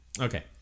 Okay